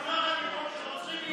ובמזרח התיכון, כאשר רוצחים יהודים,